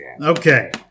Okay